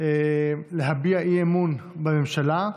השמות הממשלתית),